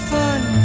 fun